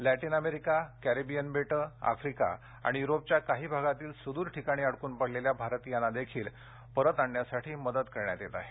Latin America Caribbean बेटे Africa आणि युरोपच्या काही भागातील सुदूर ठिकाणी अडकून पडलेल्या भारतियांना देखील परत आणण्यासाठी मदत करण्यात येत आहे